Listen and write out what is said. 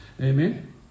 Amen